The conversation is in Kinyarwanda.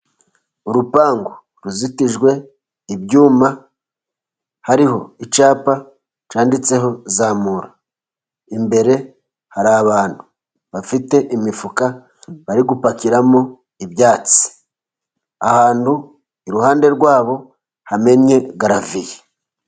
Urupangu ruzitijwe ibyuma, hariho icyapa cyanditseho zamura. Imbere hari abantu bafite imifuka bari gupakiramo ibyatsi, ahantu iruhande rwabo hamenye garaviye.